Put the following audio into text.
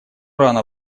рано